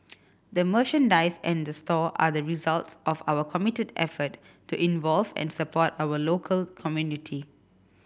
the merchandise and the store are the results of our committed effort to involve and support our local community